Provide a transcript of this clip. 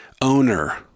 owner